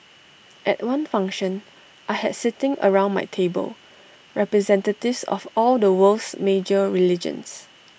at one function I had sitting around my table representatives of all the world's major religions